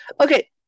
Okay